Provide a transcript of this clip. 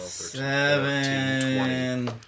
Seven